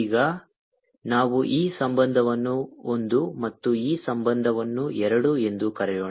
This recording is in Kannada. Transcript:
ಈಗ ನಾವು ಈ ಸಂಬಂಧವನ್ನು ಒಂದು ಮತ್ತು ಈ ಸಂಬಂಧವನ್ನು ಎರಡು ಎಂದು ಕರೆಯೋಣ